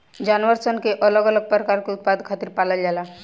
जानवर सन के अलग अलग प्रकार के उत्पाद खातिर पालल जाला